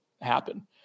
happen